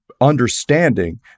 understanding